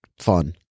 fun